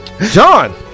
John